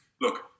look